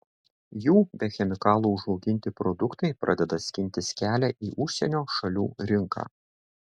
jų be chemikalų užauginti produktai pradeda skintis kelią į užsienio šalių rinką